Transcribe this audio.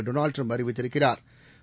Donald Trump அறிவித்திருக்கிறாா்